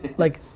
like,